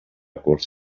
curs